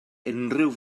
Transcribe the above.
unrhyw